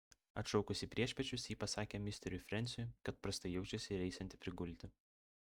atšaukusi priešpiečius ji pasakė misteriui frensiui kad prastai jaučiasi ir eisianti prigulti